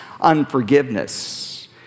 unforgiveness